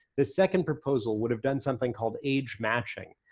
the second proposal would have done something called age matching,